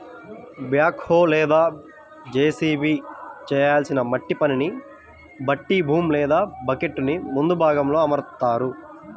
back హో లేదా JCB చేయాల్సిన మట్టి పనిని బట్టి బూమ్ లేదా బకెట్టుని ముందు భాగంలో అమరుత్తారు